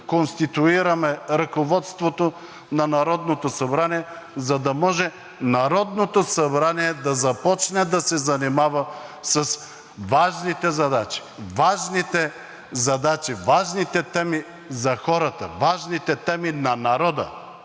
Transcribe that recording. конституираме ръководството на Народното събрание, за да може Народното събрание да започне да се занимава с важните задачи. Важните задачи, важните теми за хората, важните теми на народа,